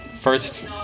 first